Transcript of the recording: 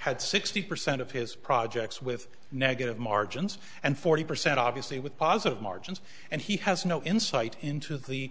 had sixty percent of his projects with negative margins and forty percent obviously with positive ma since and he has no insight into the